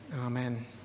Amen